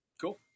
cool